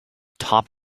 top